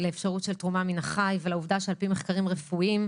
לאפשרות של תרומה מן החי ולעובדה שעל פי מחקרים רפואיים,